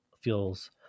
feels